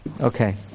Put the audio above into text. Okay